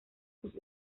sus